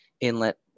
inlet